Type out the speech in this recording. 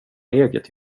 eget